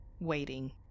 waiting